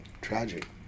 Tragic